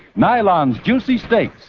nylons, juicy steaks.